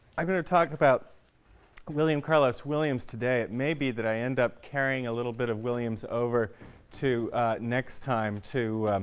i'm going to talk about william carlos williams today. it may be that i end up carrying a little bit of williams over to next time to